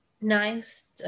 nice